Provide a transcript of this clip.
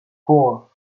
four